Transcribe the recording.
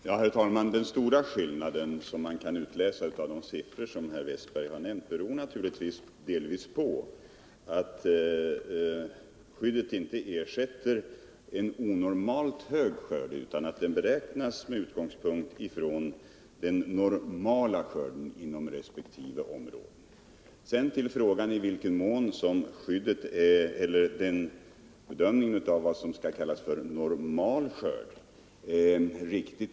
Herr talman! Den stora skillnad som kan utläsas av de siffror som herr Westberg i Ljusdal här nämnt beror delvis på att skyddet inte ersätter en onormalt hög skörd utan beräknas med utgångspunkt i den normala skörden inom resp. områden. Sedan kan man fråga vad som är normal skörd i den del av landet som vi här talar om.